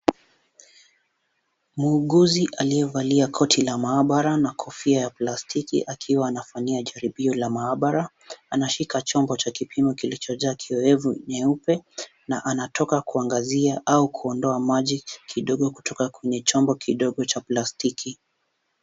Muuguzi aliyevalia koti la maabara na kofia ya plastiki akiwa anafanyia jaribio la maabara, anashika chombo cha kipimo kilichojaa kioevu nyeupe na anatoka kuangalia au kuondoa maji kidogo kutoka kwenye chombo kidogo cha plastiki.